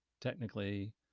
technically